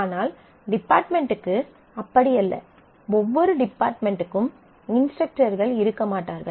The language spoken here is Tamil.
ஆனால் டிபார்ட்மென்ட்க்கு அப்படி அல்ல ஒவ்வொரு டிபார்ட்மென்ட்க்கும் இன்ஸ்டரக்டர்கள் இருக்க மாட்டார்கள்